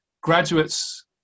graduates